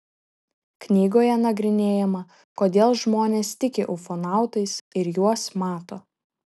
knygoje nagrinėjama kodėl žmonės tiki ufonautais ir juos mato